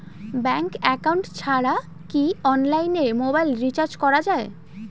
Bank account ছাড়া কি অনলাইনে মোবাইল রিচার্জ করা যায়?